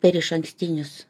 per išankstinius